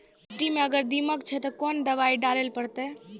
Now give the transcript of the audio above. मिट्टी मे अगर दीमक छै ते कोंन दवाई डाले ले परतय?